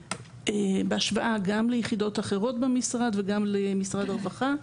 בהשוואה גם ליחידות אחרות במשרד וגם למשרד הרווחה.